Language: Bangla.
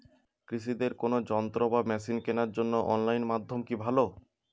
কৃষিদের কোন যন্ত্র বা মেশিন কেনার জন্য অনলাইন মাধ্যম কি ভালো?